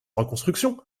reconstruction